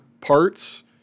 parts